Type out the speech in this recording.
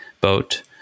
boat